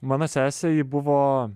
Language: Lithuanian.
mano sese ji buvo